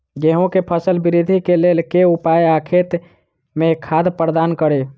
गेंहूँ केँ फसल वृद्धि केँ लेल केँ उपाय आ खेत मे खाद प्रदान कड़ी?